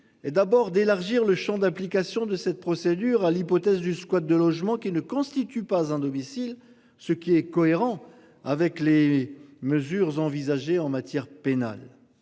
est d'abord d'élargir le Champ d'application de cette procédure à l'hypothèse du squat de logements qui ne constitue pas un domicile, ce qui est cohérent avec les mesures envisagées en matière pénale